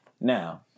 Now